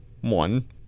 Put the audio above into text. one